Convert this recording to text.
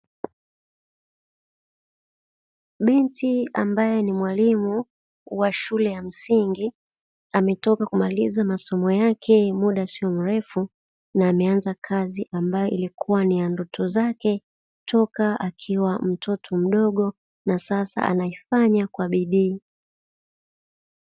Binti ambaye ni mwalimu wa shule ya msingi ametoka kumaliza masomo yake muda sio mrefu, na ameanza kazi ambayo ilikuwa ni ya ndoto zake toka akiwa mtoto mdogo na sasa anaifanya kwa bidii.